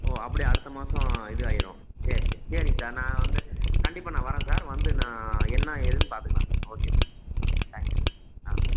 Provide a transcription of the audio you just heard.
ஓ அப்படி அடுத்த மாதம் இதாயிடும் சரி சரி சரிங்க சார் நான் வந்து கண்டிப்பாக நான் வரேன் சார் வந்து என்ன ஏதுன்னு பார்த்துக்கலாம் sir okay sir thank you sir ஆ தேங்க்யூ